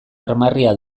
armarria